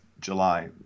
July